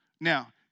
Now